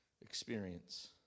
experience